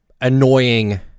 annoying